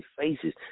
faces